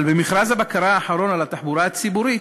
אבל במכרז הבקרה האחרון על התחבורה הציבורית,